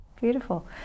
Beautiful